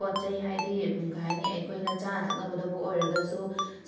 ꯄꯣꯠꯆꯩ ꯍꯥꯏꯗꯤ ꯀꯩꯍꯥꯏꯅꯤ ꯑꯩꯈꯣꯏꯅ ꯆꯥꯅ ꯊꯛꯅꯕꯗꯕꯨ ꯑꯣꯏꯔꯒꯁꯨ